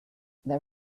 there